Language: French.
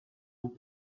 vous